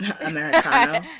Americano